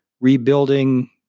rebuilding